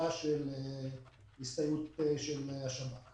להסתייעות של השב"כ.